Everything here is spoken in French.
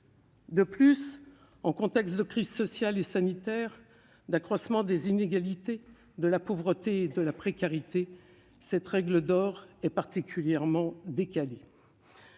De plus, dans un contexte de crise sociale et sanitaire, d'accroissement des inégalités, de la pauvreté et de la précarité, cette règle d'or est particulièrement décalée.